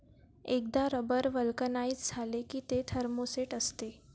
एकदा rubber vulcanise झाले की ते थर्मोसेट असते